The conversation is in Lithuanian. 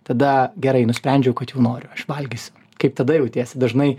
tada gerai nusprendžiau kad jau noriu aš valgysiu kaip tada jautiesi dažnai